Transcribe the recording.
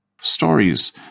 Stories